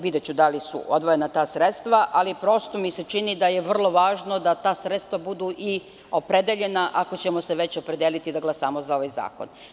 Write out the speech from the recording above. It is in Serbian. Videću da li su odvojena ta sredstva, ali prosto mi se čini da je vrlo važno da ta sredstva budu i opredeljena ako ćemo se već opredeliti da glasamo za ovaj zakon.